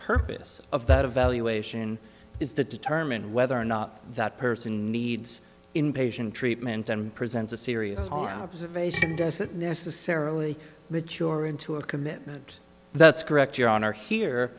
purpose of that evaluation is that determine whether or not that person needs inpatient treatment and presents a serious harm observation doesn't necessarily mature into a commitment that's correct your honor here